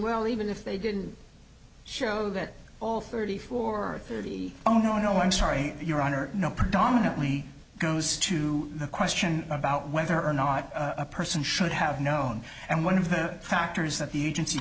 well even if they didn't show that all thirty four oh no no i'm sorry your honor no predominantly goes to the question about whether or not a person should have known and one of the factors that the agency